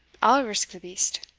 i'll risk the beast.